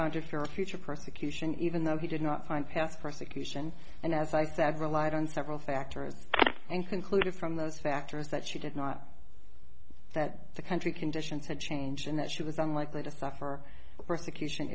founded fear of future persecution even though he did not find path persecution and as i said relied on several factors and concluded from those factors that she did not that the country conditions had changed and that she was unlikely to suffer persecution